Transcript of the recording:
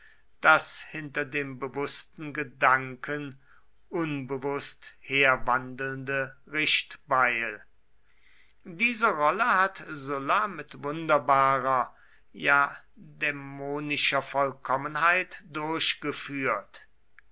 das hinter dem bewußten gedanken unbewußt herwandelnde richtbeil diese rolle hat sulla mit wunderbarer ja dämonischer vollkommenheit durchgeführt